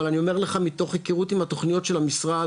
אבל אני אומר לך מתוך היכרות עם התוכניות של המשרד,